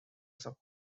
sub